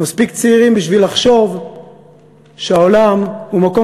מספיק צעירים בשביל לחשוב שהעולם הוא מקום